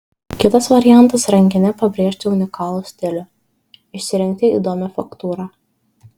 kitas variantas rankine pabrėžti unikalų stilių išsirinkti įdomią faktūrą